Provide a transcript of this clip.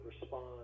respond